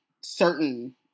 certain